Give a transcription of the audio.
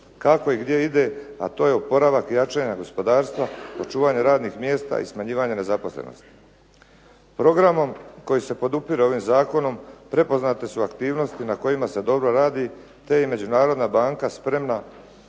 kako i gdje ide, a to je oporavak jačanja gospodarstva očuvanje radnih mjesta i smanjivanje nezaposlenosti. Program koji se podupire ovim zakonom prepoznate su aktivnosti na kojima se dobro radi, te je međunarodna banka spremna